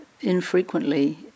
infrequently